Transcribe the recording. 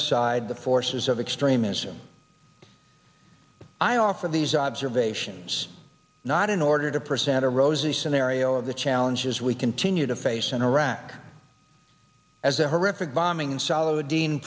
aside the forces of extremism i offer these observations not in order to present a rosy scenario of the challenges we continue to face in iraq as a horrific bombing salo de